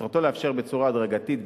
מטרתו לאפשר בצורה הדרגתית,